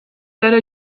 درب